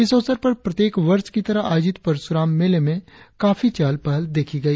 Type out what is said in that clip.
इस अवसर पर प्रत्येक वर्ष की तरह आयोजित परशुराम मेले में चहल पहल देखी गई